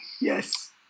Yes